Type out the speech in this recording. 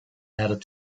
added